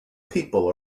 people